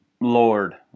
Lord